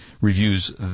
reviews